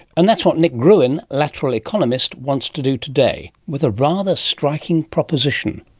and that's what nick gruen, lateral economist, wants to do today, with a rather striking proposition.